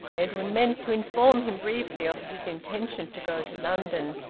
edwin meant to inform him briefly of his intention to go to london,